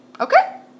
Okay